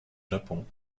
japon